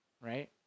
Right